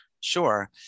Sure